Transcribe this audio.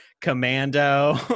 commando